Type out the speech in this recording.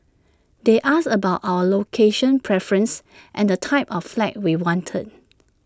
they asked about our location preference and the type of flat we wanted